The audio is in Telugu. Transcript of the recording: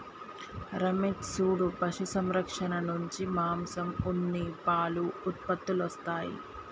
రమేష్ సూడు పశు సంరక్షణ నుంచి మాంసం ఉన్ని పాలు ఉత్పత్తులొస్తాయి